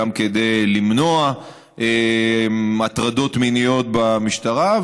גם כדי למנוע הטרדות מיניות במשטרה.